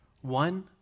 One